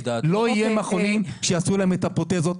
לא יהיו מכונים שיעשו להם את הפרוטזות,